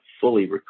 fully